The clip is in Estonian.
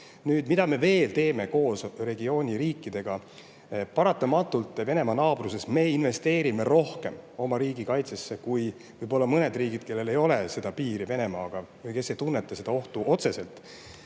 me veel teeme koos regiooni riikidega – paratamatult Venemaa naabruses me investeerime rohkem oma riigi kaitsesse kui võib-olla mõned muud riigid, kellel ei ole piiri Venemaaga või kes ei tunneta seda ohtu otseselt.